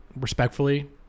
respectfully